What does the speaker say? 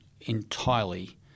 entirely